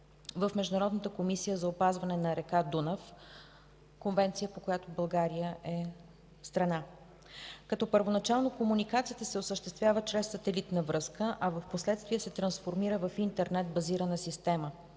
в Международната комисия за опазване на река Дунав – Конвенция, по която България е страна, като първоначално комуникацията се осъществява чрез сателитна връзка, а впоследствие се трансформира в интернет базирана система.